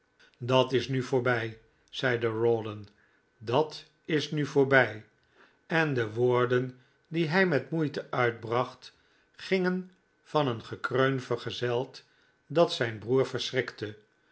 dat is nu voorbij zeide rawdon dat is nu voorbij en de woorden die hij met moeite uitbracht gingen van een gekreun vergezeld dat zijn broer verschrikte